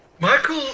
Michael